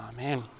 Amen